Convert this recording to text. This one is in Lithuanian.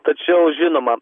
tačiau žinoma